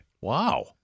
Wow